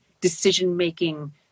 decision-making